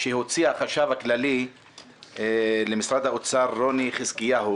שהוציא החשב הכללי למשרד האוצר רוני חזקיהו,